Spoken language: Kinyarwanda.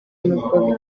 nubwo